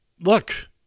look